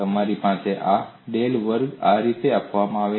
તમારી પાસે આ ડેલ વર્ગ આ રીતે આપવામાં આવે છે